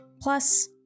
Plus